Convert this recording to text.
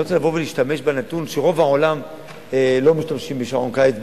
אני רוצה לבוא ולהשתמש בנתון שברוב העולם לא משתמשים בשעון קיץ,